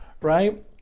Right